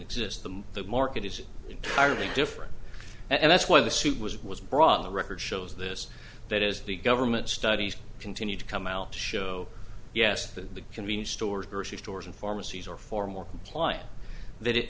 exist the market is entirely different and that's why the suit was was brought the record shows this that as the government studies continue to come out to show yes the convenience stores grocery stores and pharmacies are far more compliant that it